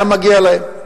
היה מגיע להם.